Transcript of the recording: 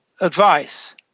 advice